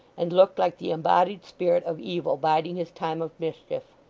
and looked like the embodied spirit of evil biding his time of mischief.